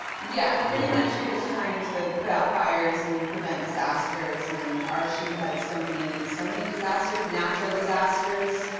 yeah, pretty much you're just trying to put out fires and prevent disasters, and our shoot had so many so many disasters, natural disasters.